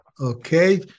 Okay